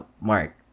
Mark